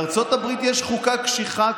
בארצות הברית יש חוקה קשיחה.